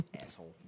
Asshole